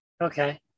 Okay